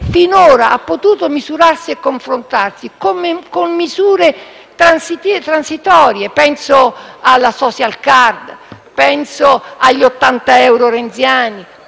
finora ha potuto misurarsi e confrontarsi solo con misure transitorie; penso alla *social card*, penso agli 80 euro renziani,